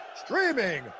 streaming